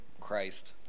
Christ